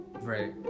Right